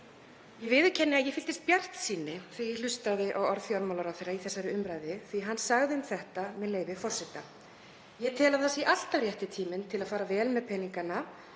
Ég viðurkenni að ég fylltist bjartsýni þegar ég hlustaði á orð hæstv. fjármálaráðherra í þessari umræðu því að hann sagði um þetta, með leyfi forseta: „Ég tel að það sé alltaf rétti tíminn til að fara vel með peningana